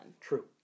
True